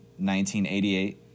1988